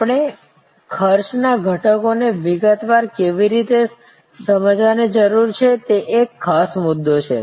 આપણે ખર્ચના ઘટકોને વિગતવાર કેવી રીતે સમજવાની જરૂર છે તે એક ખાસ મુદ્દો છે